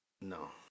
No